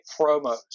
promos